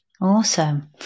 Awesome